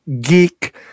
geek